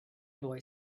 boy